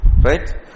Right